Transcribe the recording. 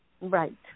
Right